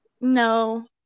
No